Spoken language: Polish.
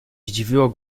zdziwiło